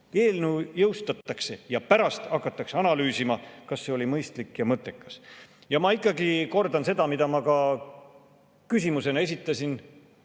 Eelnõu jõustatakse ja pärast hakatakse analüüsima, kas see oli mõistlik ja mõttekas. Ma ikkagi kordan seda, mille ma ka küsimusena esitasin